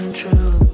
true